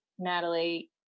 Natalie